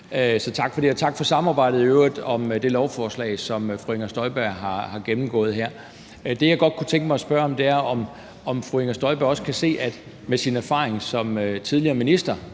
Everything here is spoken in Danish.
tak for samarbejdet i øvrigt om det lovforslag, som fru Inger Støjberg har gennemgået her. Det, jeg godt kunne tænke mig at spørge om, er, om fru Inger Støjberg med sin erfaring som tidligere minister